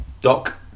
Doc